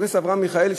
חבר הכנסת אברהם מיכאלי,